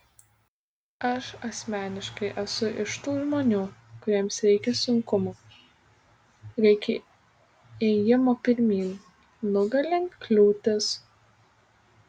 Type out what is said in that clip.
aš asmeniškai esu iš tų žmonių kuriems reikia sunkumų reikia ėjimo pirmyn nugalint kliūtis